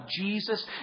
Jesus